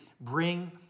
bring